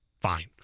fine